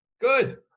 Good